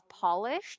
polished